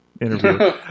interview